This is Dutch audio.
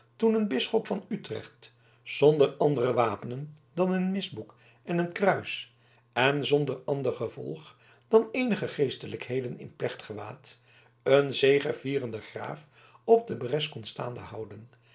toen een bisschop van utrecht zonder andere wapenen dan een misboek en een kruis en zonder ander gevolg dan eenige geestelijken in plechtgewaad een zegevierenden graaf op de bres kon staande houden